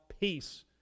peace